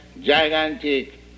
gigantic